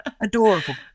Adorable